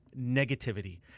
negativity